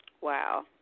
Wow